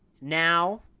now